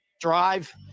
drive